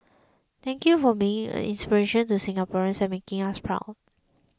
thank you for being an inspiration to Singaporeans and making us proud